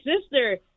sister